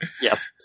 yes